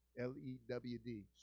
L-E-W-D